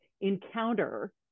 encounter